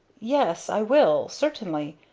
yes i will certainly.